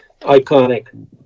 iconic